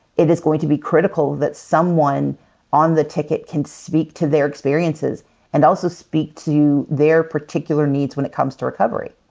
it is going to be critical that someone on the ticket can speak to their experiences and also speak to their particular needs when it comes to recovery.